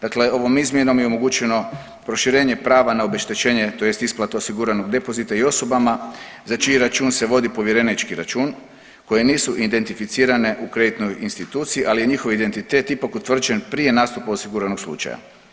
Dakle, ovom izmjenom je omogućeno proširenje prava na obeštećenje tj. isplatu osiguranog depozita i osobama za čiji račun se vodi povjerenički račun koje nisu identificirane u kreditnoj instituciji, ali je njihov identitet ipak utvrđen prije nastupa osiguranog slučaja.